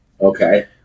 Okay